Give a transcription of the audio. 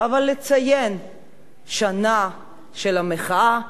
לציין שנה של מחאה,